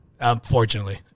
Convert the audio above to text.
Unfortunately